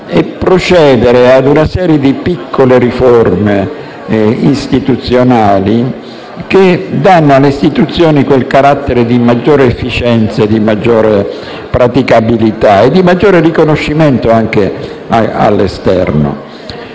e procedere a una serie di piccole riforme istituzionali che danno alle istituzioni quel carattere di maggiore efficienza, praticabilità e anche di maggiore riconoscimento all'esterno.